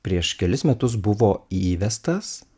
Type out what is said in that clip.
prieš kelis metus buvo įvestas